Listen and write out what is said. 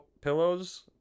pillows